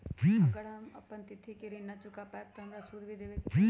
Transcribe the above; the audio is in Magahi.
अगर हम अपना तिथि पर ऋण न चुका पायेबे त हमरा सूद भी देबे के परि?